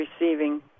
receiving